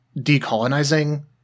decolonizing